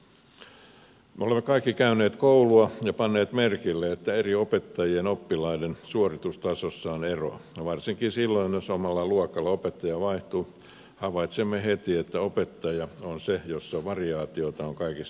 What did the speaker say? me olemme kaikki käyneet koulua ja panneet merkille että eri opettajien oppilaiden suoritustasossa on eroa ja varsinkin silloin jos omalla luokalla opettaja vaihtuu havaitsemme heti että opettaja on se jossa variaatiota on kaikista eniten